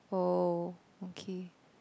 oh okay